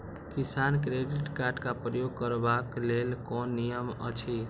किसान credit card क प्रयोग करबाक लेल कोन नियम अछि?